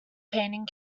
painting